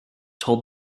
told